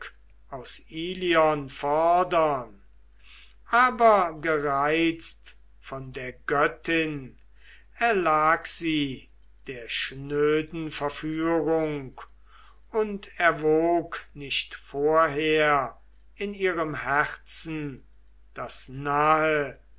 ilion fordern aber gereizt von der göttin erlag sie der schnöden verführung und erwog nicht vorher in ihrem herzen das nahe